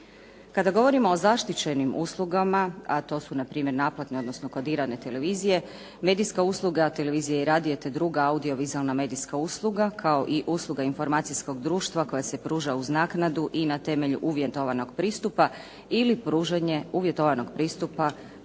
Kada govorimo o zaštićenim uslugama, a to su npr. naplatne, odnosno kodirane televizije, medijska usluga televizije i radija, te druga audiovizualna medijska usluga, kao i usluga informacijskog društva koja se pruža uz naknadu i na temelju uvjetovanog pristupa ili pružanje uvjetovanog pristupa